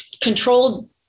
controlled